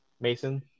Mason